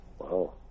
Wow